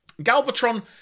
Galvatron